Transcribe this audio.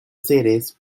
cities